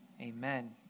amen